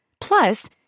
Plus